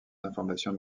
informations